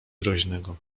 groźnego